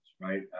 right